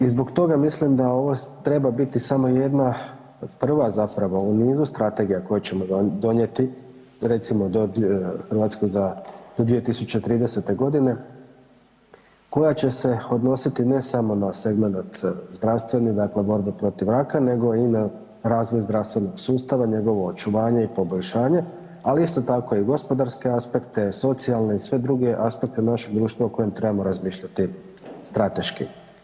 I zbog toga mislim da ovo treba biti samo jedna prva zapravo u nizu strategija koju ćemo donijeti recimo Hrvatska do 2030. godine koja će se odnosi ne samo na segment zdravstveni dakle borbe protiv raka, nego i na razvoj zdravstvenog sustava, njegovo očuvanje i poboljšanje, ali i sto tako i gospodarske aspekte, socijalne i sve druge aspekte našeg društva o kojima trebamo razmišljati strateški.